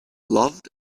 loved